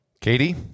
Katie